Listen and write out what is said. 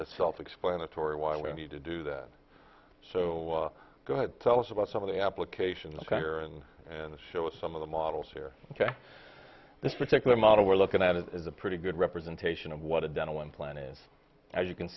the self explanatory why we need to do that so go ahead tell us about some of the applications karyn and show us some of the models here ok this particular model we're looking at is a pretty good representation of what a dental implant is as you can